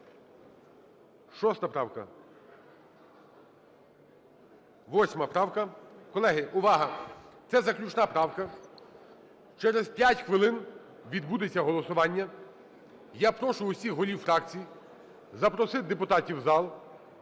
6 правка. 8 правка. Колеги, увага! Це заключна правка, через 5 хвилин відбудеться голосування. Я прошу усіх голів фракцій запросити депутатів в зал.